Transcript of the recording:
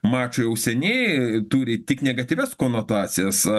mačai jau seniai turi tik negatyvias konotacijas